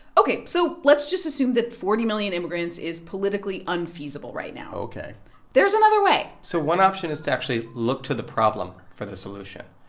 ok, so let's just assume that forty million immigrants is politically unfeasible right now ok there's another way so one option is to actually look to the problem for the solution.